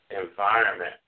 environment